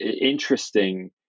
interesting